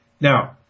Now